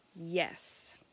Yes